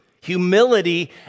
Humility